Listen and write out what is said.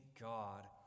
God